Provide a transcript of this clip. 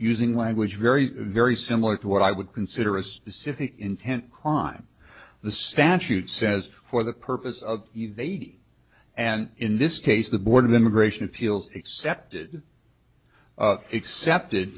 using language very very similar to what i would consider a specific intent crime the statute says for the purpose of and in this case the board of immigration appeals accepted excepted